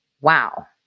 Wow